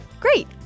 Great